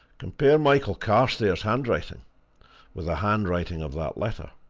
compare michael carstairs' handwriting with the handwriting of that letter.